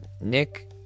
Nick